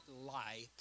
lie